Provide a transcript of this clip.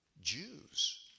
Jews